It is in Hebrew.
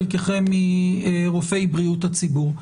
חלקכם רופאי בריאות הציבור,